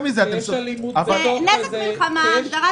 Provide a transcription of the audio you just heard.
ההגדרה